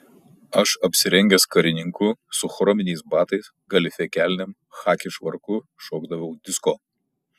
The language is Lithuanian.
aš apsirengęs karininku su chrominiais batais galifė kelnėm chaki švarku šokdavau disko